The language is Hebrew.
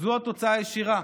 זו התוצאה הישירה.